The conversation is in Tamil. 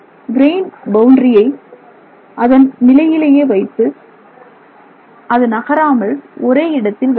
கிரெயின் பவுண்டரியை அதன் நிலையிலேயே வைத்து அது நகராமல் ஒரே இடத்தில வைக்கிறது